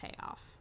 payoff